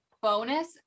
Bonus